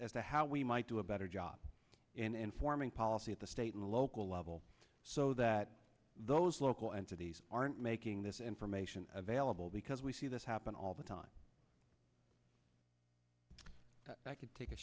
to how we might do a better job in informing policy at the state and local level so that those local entities aren't making this information available because we see this happen all the time i could take a